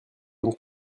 donc